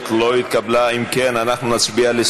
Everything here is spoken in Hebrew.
ההסתייגות (2) של חברות הכנסת יעל גרמן וקארין אלהרר לסעיף